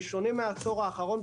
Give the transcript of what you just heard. בשונה מהעשור האחרון,